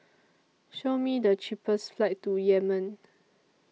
Show Me The cheapest flights to Yemen